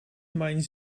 mijn